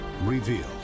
revealed